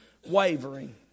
Wavering